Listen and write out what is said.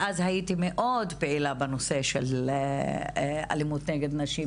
ואז הייתי מאוד פעילה בנושא של אלימות נגד נשים